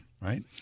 right